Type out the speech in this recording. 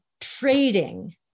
trading